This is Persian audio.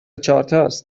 چهارتاس